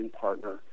partner